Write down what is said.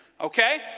Okay